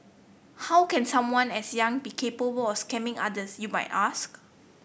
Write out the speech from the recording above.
how can someone as young be capable of scamming others you might ask